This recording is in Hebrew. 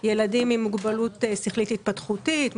ילדים עם מוגבלות שכלית התפתחותית,